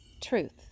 Truth